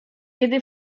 kiedy